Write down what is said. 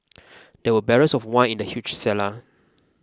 there were barrels of wine in the huge cellar